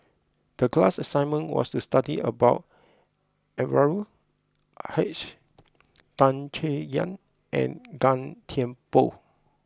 the class assignment was to study about Anwarul Haque Tan Chay Yan and Gan Thiam Poh